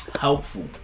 helpful